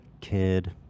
kid